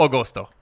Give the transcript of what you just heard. Augusto